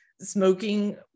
smoking